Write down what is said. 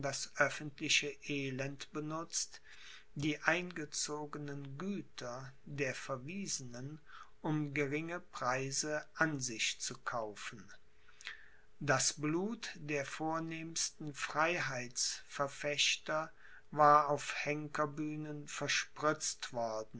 öffentliche elend benutzt die eingezogenen güter der verwiesenen um geringe preise an sich zu kaufen das blut der vornehmsten freiheitsverfechter war auf henkerbühnen verspritzt worden